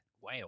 Wow